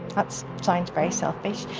that's sounds very selfish.